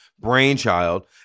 brainchild